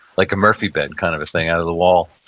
like a murphy bed kind of a thing, out of the wall.